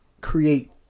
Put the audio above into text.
create